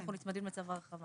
אנחנו נצמדים לצו ההרחבה.